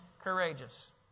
courageous